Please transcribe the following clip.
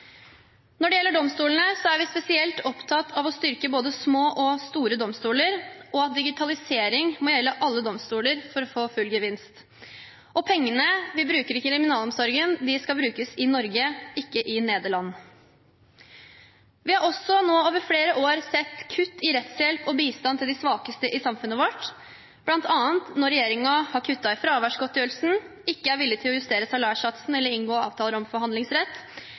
Når det gjelder domstolene, er vi spesielt opptatt av å styrke både små og store domstoler og at digitalisering må gjelde alle domstoler for å få full gevinst. Pengene vi bruker i kriminalomsorgen, skal brukes i Norge, ikke i Nederland. Vi har også over flere år sett kutt i rettshjelp og bistand til de svakeste i samfunnet vårt, bl.a. når regjeringen har kuttet i fraværsgodtgjørelsen, ikke er villig til å justere salærsatsen eller inngå avtaler om forhandlingsrett,